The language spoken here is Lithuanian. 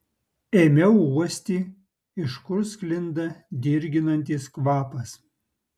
ėmiau uosti iš kur sklinda dirginantis kvapas